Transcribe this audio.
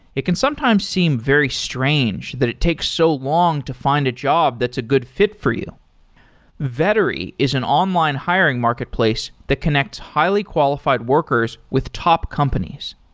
it can sometimes seem very strange that it takes so long to fi nd a job that's a good fi t for you vettery is an online hiring marketplace that connects highly qualified workers with top companies.